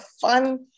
fun